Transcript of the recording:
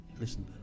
listen